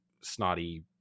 snotty